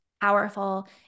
powerful